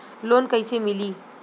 Loan कईसे मिली?